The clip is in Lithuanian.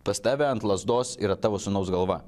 pas tave ant lazdos yra tavo sūnaus galva